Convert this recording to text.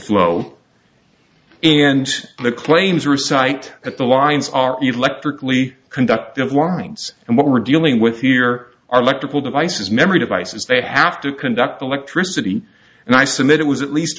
flow and the claims or site at the lines are electrically conductive lines and what we're dealing with here are like triple devices memory devices they have to conduct electricity and i submit it was at least